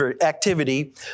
activity